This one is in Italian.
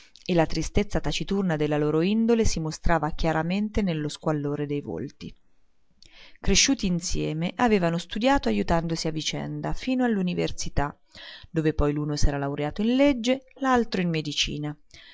e la tristezza taciturna della loro indole si mostrava chiaramente nello squallore dei volti cresciuti insieme avevano studiato ajutandosi a vicenda fino all'università dove poi l'uno s'era laureato in legge l'altro in medicina